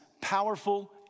powerful